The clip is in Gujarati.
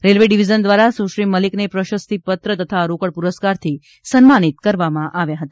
રેલવે ડિવિઝન દ્વારા સુશ્રી મલિકને પ્રશસ્તીપત્ર તથા રોકડ પુરસ્કારથી સન્માનિત કરવામાં આવ્યા હતા